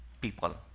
people